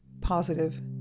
Positive